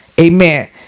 Amen